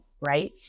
right